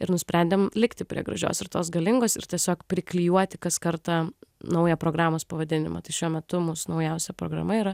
ir nusprendėm likti prie gražios ir tos galingos ir tiesiog priklijuoti kas kartą naują programos pavadinimą šiuo metu mūsų naujausia programa yra